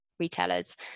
retailers